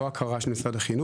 לא הכרה של משרד החינוך,